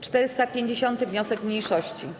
450. wniosek mniejszości.